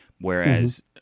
whereas